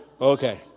Okay